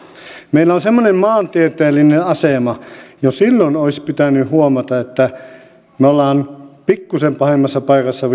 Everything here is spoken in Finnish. meillä on semmoinen maantieteellinen asema että jo silloin olisi pitänyt huomata että me olemme vielä pikkusen pahemmassa paikassa